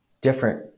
different